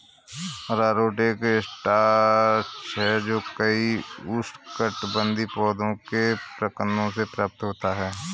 अरारोट एक स्टार्च है जो कई उष्णकटिबंधीय पौधों के प्रकंदों से प्राप्त होता है